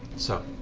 so.